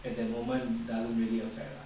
at the moment doesn't really affect lah